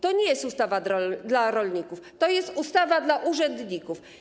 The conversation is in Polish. To nie jest ustawa dla rolników, to jest ustawa dla urzędników.